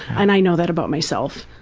and i know that about myself.